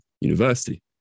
university